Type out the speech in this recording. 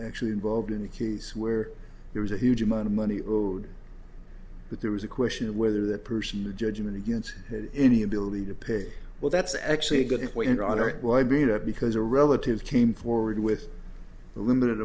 actually involved in a case where there was a huge amount of money road but there was a question of whether that person the judgment against any ability to pay well that's actually a good way in art why beat up because a relative came forward with a limited